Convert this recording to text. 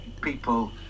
people